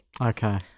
okay